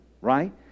Right